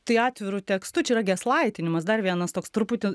tai atviru tekstu čia yra geslaitinimas dar vienas toks truputį